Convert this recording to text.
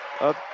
up